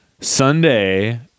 Sunday